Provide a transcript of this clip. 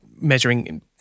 measuring